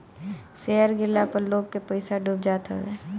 share गिरला पअ लोग के पईसा डूब जात हवे